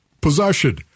possession